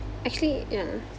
actually ya